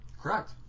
Correct